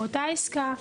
באותה עסקה,